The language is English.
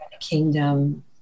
Kingdom